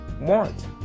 want